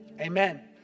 amen